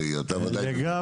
הרי אתה --- לגמרי.